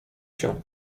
się